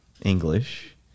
English